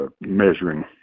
measuring